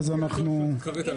רוויזיה.